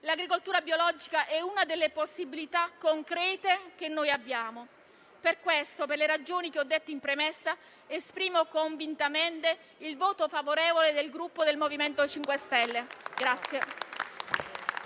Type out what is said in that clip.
L'agricoltura biologica è una delle possibilità concrete che noi abbiamo. Per questo e per le ragioni che ho detto in premessa, esprimo convintamente il voto favorevole del Gruppo MoVimento 5 Stelle.